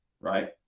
right